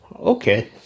Okay